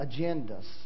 agendas